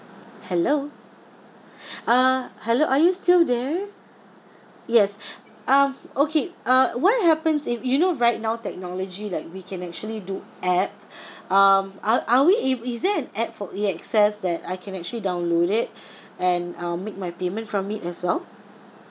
hello uh hello are you still there yes um okay uh what happens if you know right now technology like we can actually do app um are are we ab~ is there an app for A_X_S that I can actually download it and um make my payment from it as well